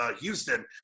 Houston